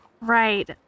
Right